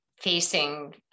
facing